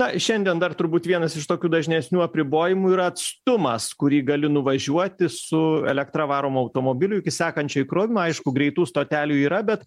na šiandien dar turbūt vienas iš tokių dažnesnių apribojimų yra atstumas kurį gali nuvažiuoti su elektra varomu automobiliu iki sekančio įkrovimo aišku greitų stotelių yra bet